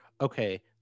okay